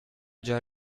già